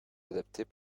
adaptés